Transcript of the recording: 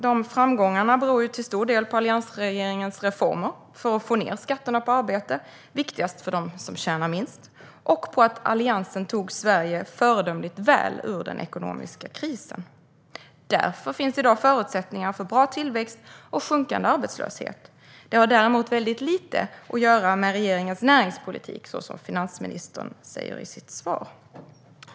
De framgångarna beror ju till stor del på alliansregeringens reformer för att få ned skatterna på arbete - det är viktigast för dem som tjänar minst - och på att Alliansen tog Sverige föredömligt väl ur den ekonomiska krisen. Därför finns det i dag förutsättningar för bra tillväxt och sjunkande arbetslöshet. Det har däremot väldigt lite att göra med regeringens näringspolitik, så som finansministern säger i sitt svar.